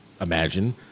imagine